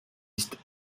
listes